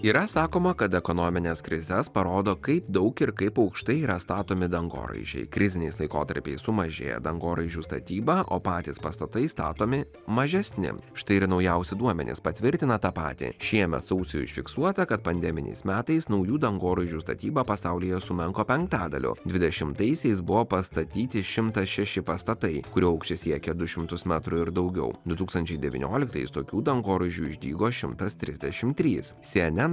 yra sakoma kad ekonomines krizes parodo kaip daug ir kaip aukštai yra statomi dangoraižiai kriziniais laikotarpiais sumažėja dangoraižių statyba o patys pastatai statomi mažesni štai ir naujausi duomenys patvirtina tą patį šiemet sausį užfiksuota kad pandeminiais metais naujų dangoraižių statyba pasaulyje sumenko penktadaliu dvidešimtaisiais buvo pastatyti šimtas šeši pastatai kurių aukštis siekia du šimtus metrų ir daugiau du tūkstančiai devynioliktais tokių dangoraižių išdygo šimtas trisdešimt trys cnn